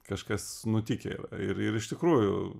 kažkas nutikę yra ir ir iš tikrųjų